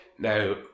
Now